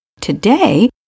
Today